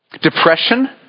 Depression